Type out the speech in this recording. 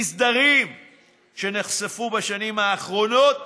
אי-סדרים שנחשפו בשנים האחרונות